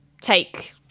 take